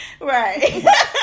Right